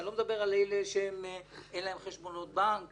אני לא מדבר על אלה שאין להם חשבונות בנק